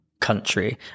country